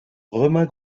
romain